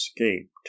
escaped